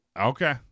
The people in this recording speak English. Okay